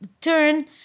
turn